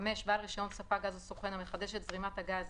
בעל רישיון ספק גז או סוכן המחדש את זרימת הגז